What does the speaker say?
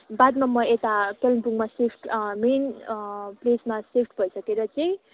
बादमा म यता कालिम्पोङमा सिफ्ट मेन प्लेसमा सिफ्ट भइसकेर चाहिँ